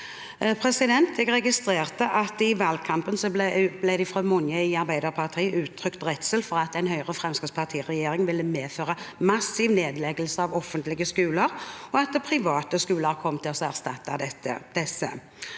Jeg registrerte i valgkampen at mange i Arbeiderpartiet uttrykte redsel for at en Høyre–Fremskrittsparti-regjering ville medføre massiv nedleggelse av offentlige skoler, og at private skoler kom til å erstatte disse.